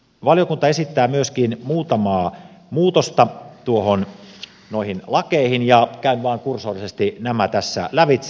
valiokunta esittää myöskin muutamaa muutosta noihin lakeihin ja käyn vain kursorisesti nämä tässä lävitse